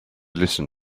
listen